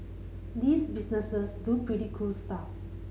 these businesses do pretty cool stuff